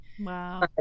Wow